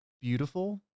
beautiful